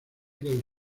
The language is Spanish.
del